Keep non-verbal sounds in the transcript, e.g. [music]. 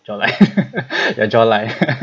jaw line [laughs] your jaw line [laughs]